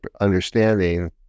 understanding